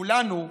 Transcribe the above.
כולנו,